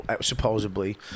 supposedly